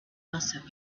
also